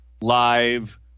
Live